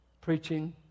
preaching